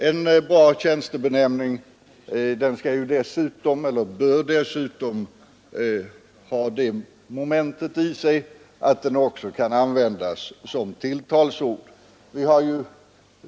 En bra tjänstebenämning skall dessutom kunna användas som tilltalsord.